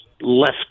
left